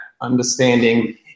understanding